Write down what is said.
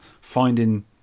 finding